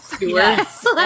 Yes